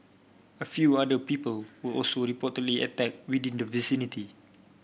a few other people were also reportedly attacked within the vicinity